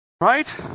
Right